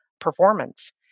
performance